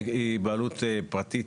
היא בעלות פרטית,